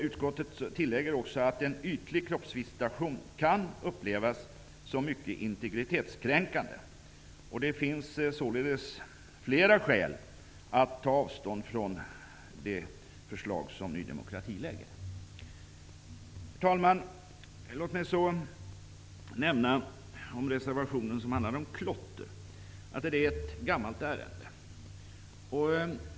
Utskottet tillägger också att en ytlig kroppsvisitation kan upplevas som mycket integritetskränkande. Det finns således flera skäl att ta avstånd från det förslag som Ny demokrati lägger fram. Herr talman! Låt mig så beröra den reservation som handlar om klotter. Det är ett gammalt ärende.